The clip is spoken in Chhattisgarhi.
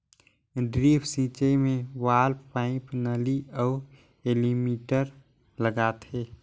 ड्रिप सिंचई मे वाल्व, पाइप, नली अउ एलीमिटर लगाथें